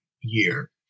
year